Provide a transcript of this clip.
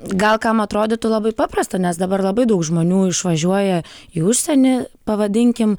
gal kam atrodytų labai paprasta nes dabar labai daug žmonių išvažiuoja į užsienį pavadinkim